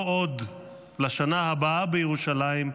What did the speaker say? לא עוד "לשנה הבאה בירושלים",